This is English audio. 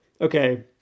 okay